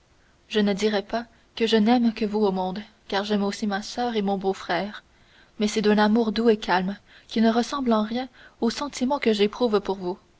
je ne dirai pas que je n'aime que vous au monde car j'aime aussi ma soeur et mon beau-frère mais c'est d'un amour doux et calme qui ne ressemble en rien au sentiment que j'éprouve pour vous